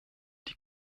die